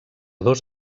dos